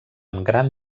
gran